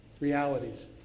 realities